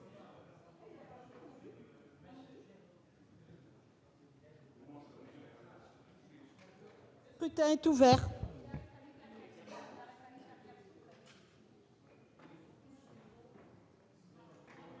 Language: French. Le scrutin est ouvert.